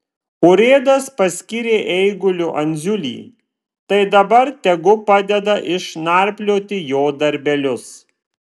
urėdas paskyrė eiguliu andziulį tai dabar tegu padeda išnarplioti jo darbelius